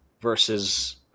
versus